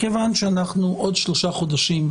מכיוון שאנחנו עוד שלושה חודשים,